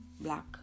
black